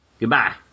Goodbye